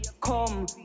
Come